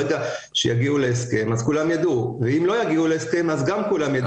ברגע שיגיעו להסכם כולם ידעו וגם אם לא יגיעו להסכם כולם ידעו.